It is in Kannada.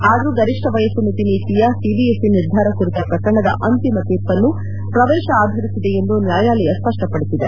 ಆದರೂ ಗರಿಷ್ಣ ವಯಸ್ಪು ಮಿತಿ ನೀತಿಯ ಸಿಬಿಎಸ್ಇ ನಿರ್ಧಾರ ಕುರಿತ ಪ್ರಕರಣದ ಅಂತಿಮ ತೀರ್ಪನ್ನು ಪ್ರವೇಶ ಆಧರಿಸಿದೆ ಎಂದು ನ್ಯಾಯಾಲಯ ಸ್ಪಷ್ವಪದಿಸಿದೆ